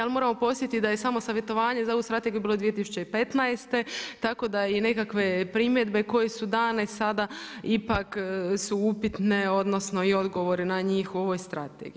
Ali moramo podsjetiti da je samo savjetovanje za ovu strategiju bilo 2015., tako da i nekakve primjedbe koje su dane sada ipak su upitne, odnosno i odgovor na njih u ovoj strategiji.